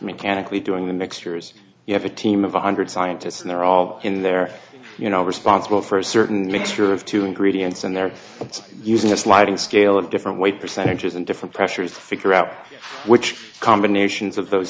mechanically doing the mixtures you have a team of one hundred scientists and they're all in there you know responsible for a certain mixture of two greedy ends and they're using a sliding scale of different weight percentages and different pressures to figure out which combinations of those